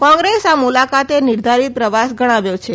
કોંગ્રેસ આ મુલાકાતે નિર્ધારીત પ્રવાસ ગણાવ્યો છે